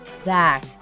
Zach